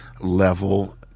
level